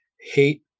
hate